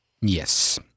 Yes